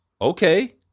okay